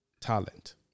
talent